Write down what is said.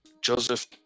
Joseph